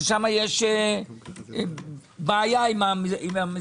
שם יש בעיה עם המזומן.